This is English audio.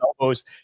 elbows